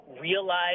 realize